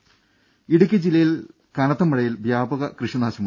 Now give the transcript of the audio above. ദ്ദേ ഇടുക്കി ജില്ലയിൽ കനത്ത മഴയിൽ വ്യാപക കൃഷി നാശം